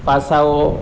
પાસાઓ